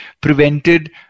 prevented